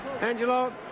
Angelo